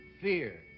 fear